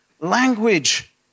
Language